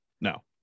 No